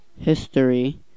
History